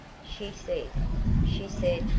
she said she said,